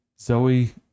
Zoe